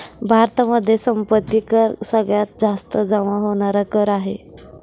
भारतामध्ये संपत्ती कर सगळ्यात जास्त जमा होणार कर आहे